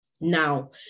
Now